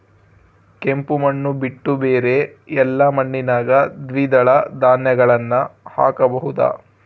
ಕೆಂಪು ಮಣ್ಣು ಬಿಟ್ಟು ಬೇರೆ ಎಲ್ಲಾ ಮಣ್ಣಿನಾಗ ದ್ವಿದಳ ಧಾನ್ಯಗಳನ್ನ ಹಾಕಬಹುದಾ?